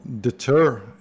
deter